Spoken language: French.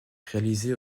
réalisées